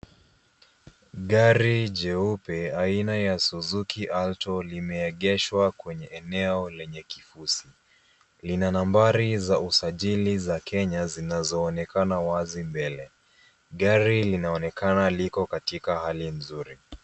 Gari jeupe aina ya suzuki alto limeegeshwa kwenye eneo lenye kikusi. Lina nambari za usajili za Kenya zinazoonekana wazi mbele. Gari linaonekana liko katika hali nzuri.